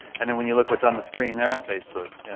and then when you look what's on the screen they're on facebook.